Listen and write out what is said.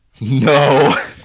No